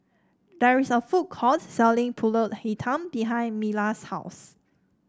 there is a food court selling pulut Hitam behind Mila's house